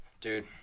dude